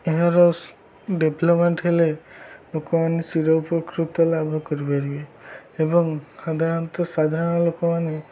ଏହାର ଡେଭଲପମେଣ୍ଟ ହେଲେ ଲୋକମାନେ ଚିର ଉପକୃତ ଲାଭ କରିପାରିବେ ଏବଂ ସାଧାରଣତଃ ସାଧାରଣ ଲୋକମାନେ